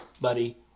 buddy